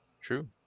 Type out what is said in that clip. true